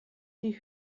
die